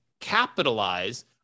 capitalize